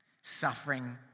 suffering